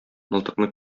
мылтыкны